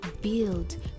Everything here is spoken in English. build